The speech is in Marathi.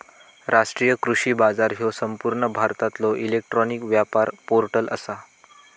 राष्ट्रीय कृषी बाजार ह्यो संपूर्ण भारतातलो इलेक्ट्रॉनिक व्यापार पोर्टल आसा